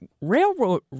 Railroad